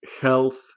health